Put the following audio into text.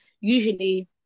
usually